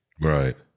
right